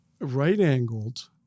right-angled